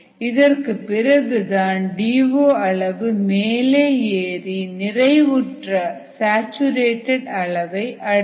இதன் பிறகுதான் D O அளவு மேலே ஏறி நிறைவுற்ற அளவை அடையும்